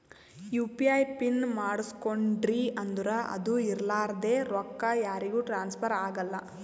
you P I PIN ಮಾಡುಸ್ಕೊಂಡ್ರಿ ಅಂದುರ್ ಅದು ಇರ್ಲಾರ್ದೆ ರೊಕ್ಕಾ ಯಾರಿಗೂ ಟ್ರಾನ್ಸ್ಫರ್ ಆಗಲ್ಲಾ